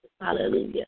Hallelujah